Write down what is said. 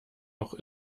auch